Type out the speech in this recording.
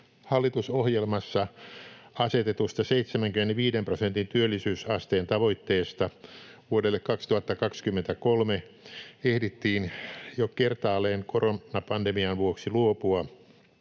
Hallitusohjelmassa asetetusta 75 prosentin työllisyysasteen tavoitteesta vuodelle 2023 ehdittiin jo kertaalleen koronapandemian vuoksi luopua,